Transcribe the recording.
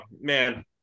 man